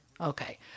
okay